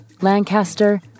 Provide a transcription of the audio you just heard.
Lancaster